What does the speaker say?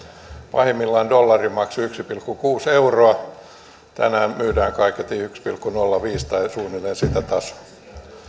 pahimmillaan dollari maksoi yksi pilkku kuusi euroa ja tänään myydään kaiketi yksi pilkku nolla viisi eurolla suunnilleen sillä tasolla